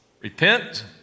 Repent